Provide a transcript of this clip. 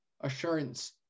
assurance